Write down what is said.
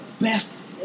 best